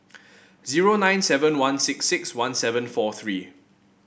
zero nine seven one six six one seven four three